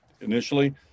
initially